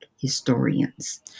historians